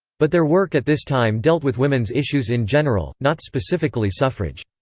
but their work at this time dealt with women's issues in general, not specifically suffrage.